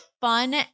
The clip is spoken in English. fun